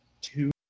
two